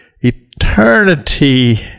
eternity